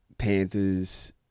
Panthers